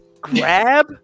grab